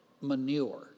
manure